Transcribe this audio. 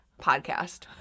podcast